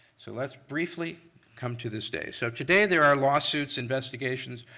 so let's briefly come to this day. so today there are lawsuits, investigations,